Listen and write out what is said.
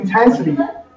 intensity